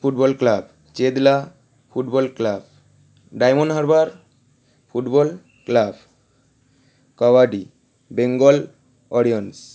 football club Chetla football club Diamond Harbour football club kabaddi Bengal Warriors